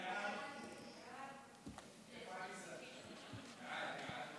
סעיפים 1 12 נתקבלו.